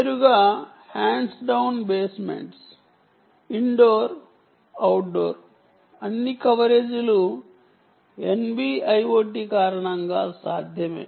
నేరుగా hands down basements indoor outdoor అన్ని కవరేజీలు NB IoT కారణంగా సాధ్యమే